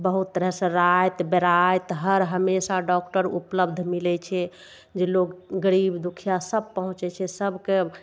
बहुत तरहसँ राति बेराति हर हमेशा डॉक्टर उपलब्ध मिलय छै जे लोग गरीब दुखिया सब पहुँचय छै सबके